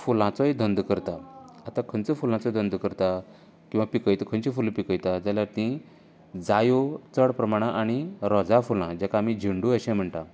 फुलांचोय धंदो करतात आता खंयचो फुलांचो धंदो करतात किंवां पिकयतात खंयची फुलां पिकयतात जाल्यार ती जायो चड प्रमांणांत आनी रोजां फुलां जेका आमी झेंडु अशेंय म्हणटा